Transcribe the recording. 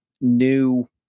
new